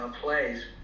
plays